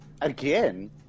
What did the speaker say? again